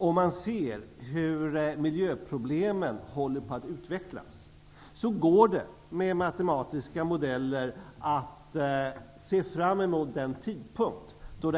Om man ser hur miljöproblemen håller på att utvecklas, går det med matematiska modeller att se fram mot den tidpunkt då